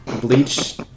bleach